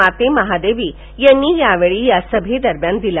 माते महादेवी यांनी या वेळी झालेल्या सभेदरम्यान दिला